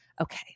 okay